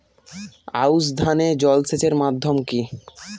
আউশ ধান এ জলসেচের মাধ্যম কি?